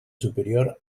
superior